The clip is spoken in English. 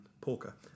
porker